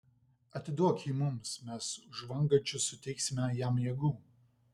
atiduok jį mums mes už žvangančius suteiksime jam jėgų